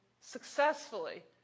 successfully